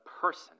person